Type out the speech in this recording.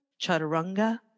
chaturanga